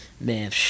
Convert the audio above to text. Man